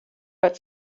but